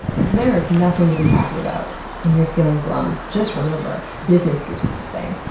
if there is nothing to be happy about and you're feeling glum, just remember business goose is a thing!